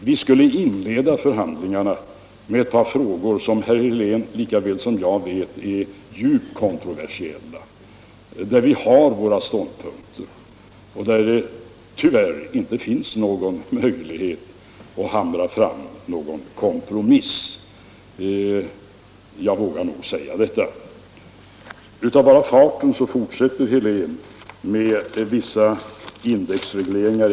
Vi skulle alltså inleda förhandlingarna med ett par frågor som herr Helén lika väl som jag vet är djupt kontroversiella — där vi har våra ståndpunkter och där det tyvärr inte finns någon möjlighet att hamra fram en kompromiss. Jag vågar nog säga det. Av bara farten fortsätter herr Helén med vissa andra indexregleringar.